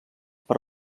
per